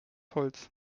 holz